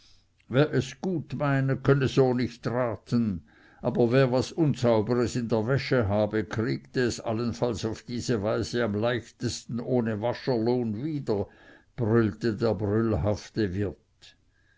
wer es gut meine könne so nicht raten aber wer was unsauberes in der wäsche habe kriegte es vielleicht auf diese weise am leichtesten ohne wascherlohn wieder brüllte der brüllhafte wirt